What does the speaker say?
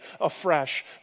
afresh